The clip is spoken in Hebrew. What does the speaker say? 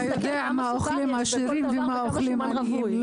אתה יודע מה אוכלים העשירים ומה אוכלים העניים,